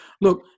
look